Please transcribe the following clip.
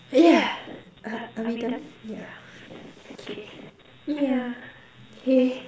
yeah are are we done yeah okay yeah okay